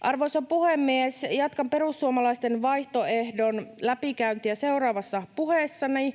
Arvoisa puhemies! Jatkan perussuomalaisten vaihtoehdon läpikäyntiä seuraavassa puheessani.